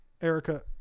Erica